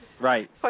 Right